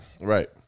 Right